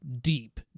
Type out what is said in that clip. deep